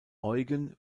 eugen